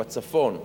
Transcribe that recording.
בצפון,